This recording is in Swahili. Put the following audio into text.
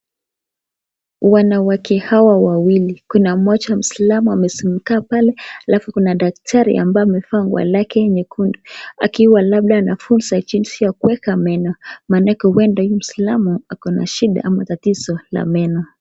Wanawake hawa wawili kuna moja muislamu amekaa pale alafu kuna daktari ambaye amevaa nguo lake nyekundu akiwa labda anafunza jinsi ya kueka meno manake huenda huyu muislamu ako na shida ama tatizo la meno.